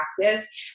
practice